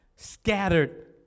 scattered